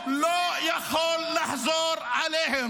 אלשיך שיקר ---- במילים,